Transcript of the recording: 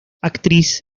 actriz